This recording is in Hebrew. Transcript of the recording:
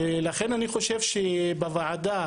לכן אני חושב שבוועדה,